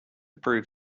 prove